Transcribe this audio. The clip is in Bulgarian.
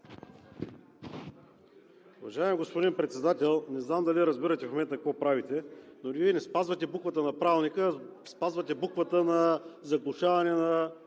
Уважаеми господин Председател, не знам дали разбирате в момента какво правите, но Вие не спазвате буквата на Правилника, а спазвате буквата за заглушаване на